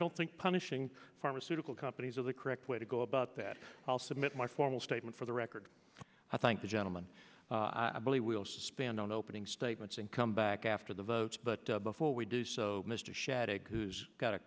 don't think punishing pharmaceutical companies are the correct way to go about that i'll submit my formal statement for the record i thank the gentleman i believe we will spend on opening statements and come back after the votes but before we do so mr shadegg who's got a